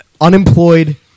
unemployed